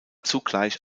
zugleich